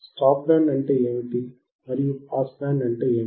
stop band అంటే ఏమిటి మరియు పాస్ బ్యాండ్ అంటే ఏమిటి